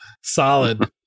Solid